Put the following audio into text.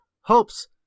hopes